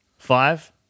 Five